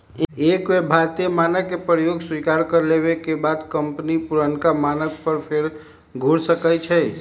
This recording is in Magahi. एक बेर भारतीय मानक के प्रयोग स्वीकार कर लेबेके बाद कंपनी पुरनका मानक पर फेर घुर सकै छै